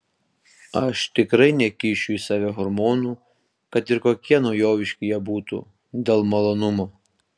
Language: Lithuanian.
aš tikrai nekišiu į save hormonų kad ir kokie naujoviški jie būtų dėl malonumo